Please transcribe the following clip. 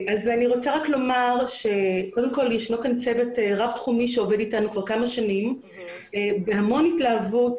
נמצא כאן צוות רב-תחומי שעובד אתנו כבר כמה שנים בהמון התלהבות,